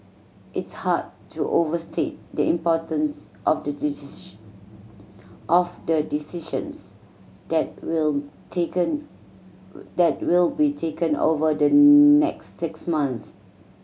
it's hard to overstate the importance of the decision of the decisions that will taken that will be taken over the next six months